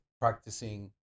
practicing